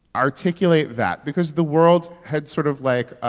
articulate that because the world had sort of, like,